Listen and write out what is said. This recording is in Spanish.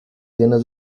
llenas